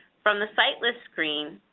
from the site list screen,